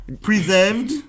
Preserved